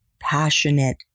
Passionate